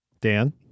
Dan